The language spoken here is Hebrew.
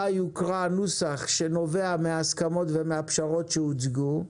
בה יוקרא הנוסח שנובע מההסכמות והפשרות שיוצגו.